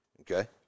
okay